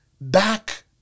back